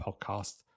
podcast